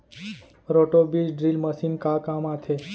Roto बीज drill machine का काम आथे?